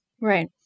Right